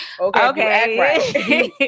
Okay